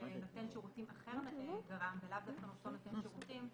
שנותן שירותים אחר גרם ולאו דווקא אותו נותן שירותים,